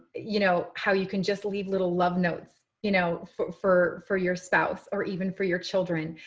you know, how you can just leave little love notes, you know, for for for your spouse or even for your children.